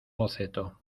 boceto